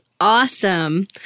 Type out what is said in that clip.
awesome